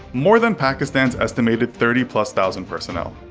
more than pakistan's estimated thirty plus thousand personnel.